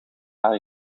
haar